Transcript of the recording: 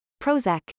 prozac